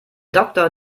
doktor